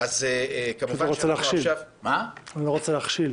אני לא רוצה להכשיל.